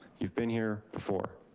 you've been here before.